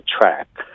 track